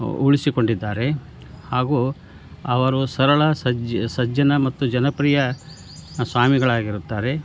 ಉಳಿಸಿಕೊಂಡಿದ್ದಾರೆ ಹಾಗೂ ಅವರು ಸರಳ ಸಜ್ಜಿ ಸಜ್ಜನ ಮತ್ತು ಜನಪ್ರಿಯ ಸ್ವಾಮಿಗಳಾಗಿರುತ್ತಾರೆ